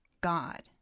God